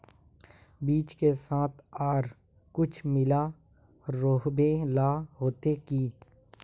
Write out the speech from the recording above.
बीज के साथ आर कुछ मिला रोहबे ला होते की?